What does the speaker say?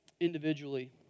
individually